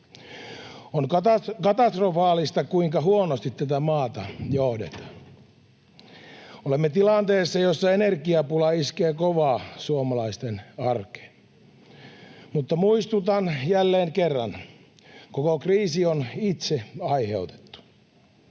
On katastrofaalista, kuinka huonosti tätä maata johdetaan. Olemme tilanteessa, jossa energiapula iskee kovaa suomalaisten arkeen, mutta muistutan jälleen kerran: koko kriisi on itse aiheutettu.